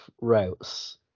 routes